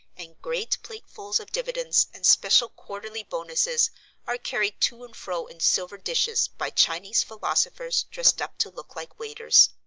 and great platefuls of dividends and special quarterly bonuses are carried to and fro in silver dishes by chinese philosophers dressed up to look like waiters.